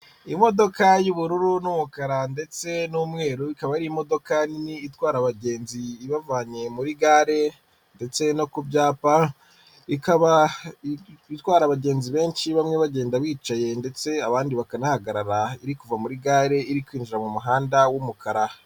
Imodoka y'ubururu n'umukara ndetse n'umweru ikaba ari imodoka nini itwara abagenzi ibavanye muri gare ndetse no ku byapa. Ikaba itwara abagenzi benshi bamwe bagenda bicaye ndetse abandi bakanahagarara iri kuva muri gare iri kwinjira mu muhanda w'umukara.